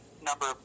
number